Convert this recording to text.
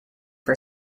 for